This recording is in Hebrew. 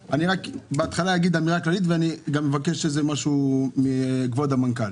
בהתחלה אני אגיד אמירה כללית ואני אבקש משהו מכבוד המנכ"ל.